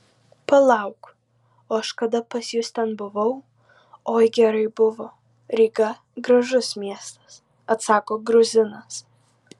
palauk o aš kada pas jus ten buvau oi gerai buvo ryga gražus miestas atsako gruzinas